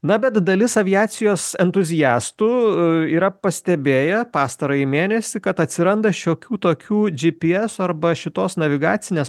na bet dalis aviacijos entuziastų yra pastebėję pastarąjį mėnesį kad atsiranda šiokių tokių gps arba šitos navigacinės